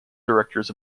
directors